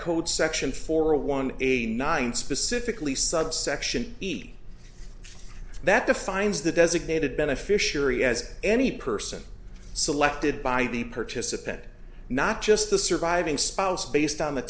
code section for a one eighty nine specifically subsection b that defines the designated beneficiary as any person selected by the participant not just the surviving spouse based on the